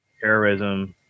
terrorism